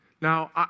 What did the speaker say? Now